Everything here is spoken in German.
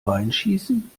reinschießen